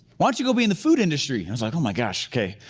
why don't you go be in the food industry? i was like, oh my gosh, okay,